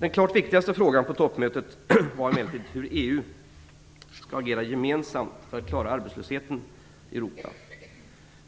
Den klart viktigaste frågan på toppmötet var emellertid hur EU skall agera gemensamt för att klara av arbetslösheten i Europa.